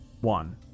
one